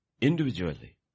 individually